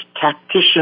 tactician